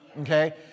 Okay